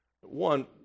One